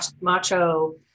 macho